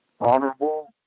honorable